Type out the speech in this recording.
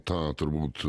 ta turbūt